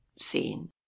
seen